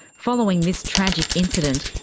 following this tragic incident,